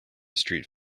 street